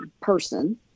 person